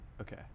Okay